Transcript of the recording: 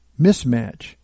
mismatch